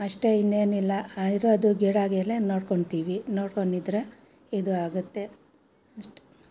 ಅಷ್ಟೇ ಇನ್ನೇನಿಲ್ಲ ಇರೋದು ಗಿಡಗಳೆ ನೋಡ್ಕೊಳ್ತೀವಿ ನೋಡ್ಕೊಂಡಿದ್ದರೆ ಇದು ಆಗುತ್ತೆ ಅಷ್ಟೆ